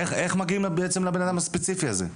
אז איך מגיעים לבן אדם הספציפי הזה?